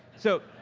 so.